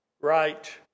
right